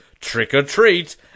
trick-or-treat